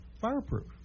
fireproof